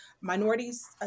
minorities